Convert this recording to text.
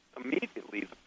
immediately